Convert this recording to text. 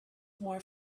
more